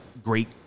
great